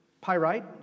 Pyrite